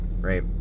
right